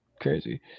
crazy